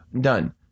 done